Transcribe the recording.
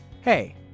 Hey